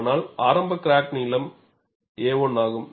ஆனால் ஆரம்ப கிராக் நீளம் a1 ஆகும்